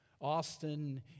Austin